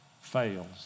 fails